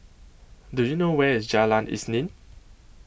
Do YOU know Where IS Jalan Isnin